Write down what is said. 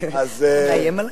אתה מאיים עלי?